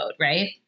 right